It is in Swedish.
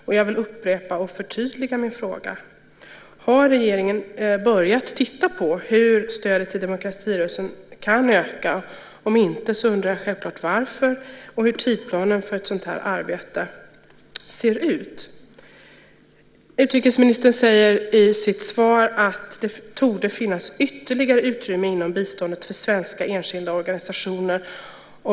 Och jag vill upprepa och förtydliga min fråga: Har regeringen börjat titta på hur stödet till demokratirörelsen kan öka? Om inte, undrar jag självklart varför och hur tidsplanen för ett sådant arbete ser ut. Utrikesministern säger i sitt svar att det torde finnas ytterligare utrymme inom biståndet för svenska enskilda organisationer.